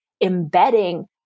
embedding